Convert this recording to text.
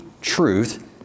truth